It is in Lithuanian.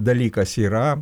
dalykas yra